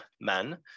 men